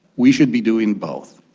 we should be doing both.